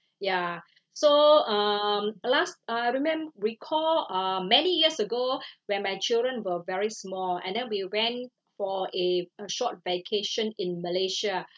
ya so um uh last I remem~ recall uh many years ago when my children were very small and then we went for a a short vacation in malaysia